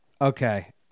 Okay